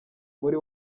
muri